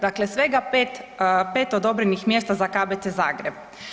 Dakle, svega 5 odobrenih mjesta za KBC Zagreb.